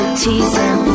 teasing